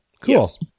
cool